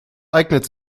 eignet